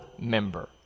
member